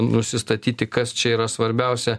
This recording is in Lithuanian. nusistatyti kas čia yra svarbiausia